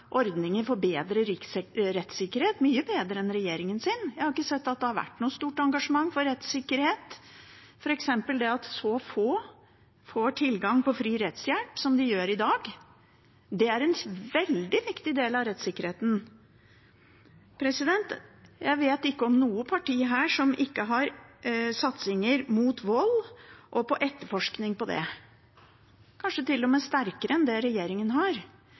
for bedre rettssikkerhet, mye bedre enn regjeringens. Jeg har ikke sett at det har vært noe stort engasjement for rettssikkerhet, f.eks. det at så få får tilgang på fri rettshjelp som de gjør i dag. Det er en veldig viktig del av rettssikkerheten. Jeg vet ikke om noe parti her som ikke har satsinger mot vold og på etterforskning av det – kanskje til og med sterkere enn det regjeringen har.